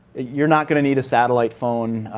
you're not going to need a satellite phone.